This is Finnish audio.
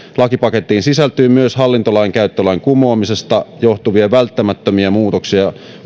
lakipakettiin sisältyy myös hallintolainkäyttölain kumoamisesta johtuvia välttämättömiä muutoksia